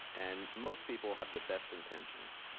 and most people have the best intentions